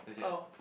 oh